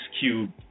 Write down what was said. cube